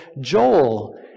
Joel